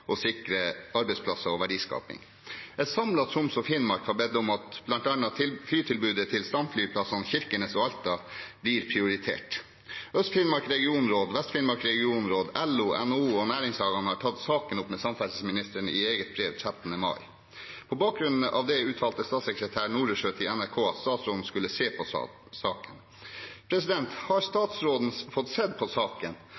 sikre arbeidsplasser og verdiskaping. Et samlet Troms og Finnmark fylke har bedt om at bl.a. flytilbudet til stamflyplassene Kirkenes og Alta blir prioritert. Øst-Finnmark regionråd, Vest-Finnmark regionråd, LO, NHO og næringslagene har tatt saken opp med samferdselsministeren i eget brev datert 13. mai. På bakgrunn av det uttalte statssekretær Ingelin Noresjø til NRK at statsråden skulle se på saken. Har statsråden fått sett på saken,